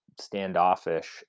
standoffish